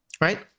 right